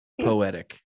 poetic